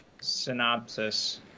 synopsis